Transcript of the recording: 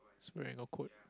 is wearing a coat